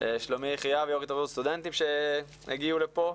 לשלומי יחיאב יו"ר התאחדות הסטודנטים שהגיע לכאן.